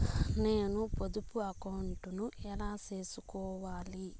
నేను పొదుపు అకౌంటు ను ఎలా సేసుకోవాలి?